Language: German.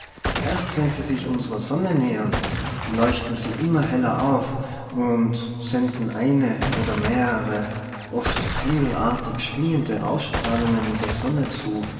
erst wenn sie sich unsrer sonne nähern leuchten sie immer heller auf und senden eine oder mehrere oft pendelartig schwingende ausstrahlungen der sonne zu